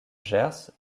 gers